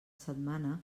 setmana